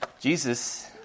Jesus